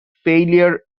failure